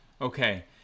Okay